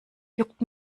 juckt